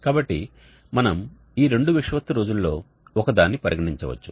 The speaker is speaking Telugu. కాబట్టి మనం ఈ రెండు విషువత్తు రోజులలో ఒకదాన్ని పరిగణించవచ్చు